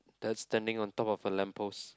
that's standing on top of a lamppost